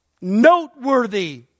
noteworthy